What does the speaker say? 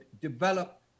develop